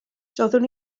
doeddwn